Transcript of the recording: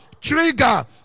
trigger